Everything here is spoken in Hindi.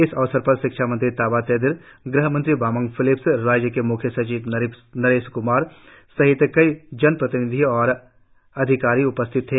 इस अवसर पर शिक्षा मंत्री ताबा तेदिर ग़हमंत्री बामंग फेलिक्स राज्य के म्ख्य सचिव नरेश कुमार सहित कई जनप्रतिनिधि और अधिकारी उपस्थित थे